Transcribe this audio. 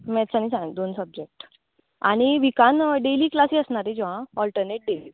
maths आनी science दोन subject आनी विकान डेली क्लासी आसना तेज्यो आं ऑल्टर्नेट डेज